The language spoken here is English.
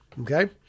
okay